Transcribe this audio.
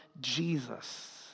Jesus